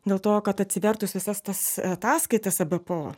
dėl to kad atsivertusi visas tas ataskaitas ebpo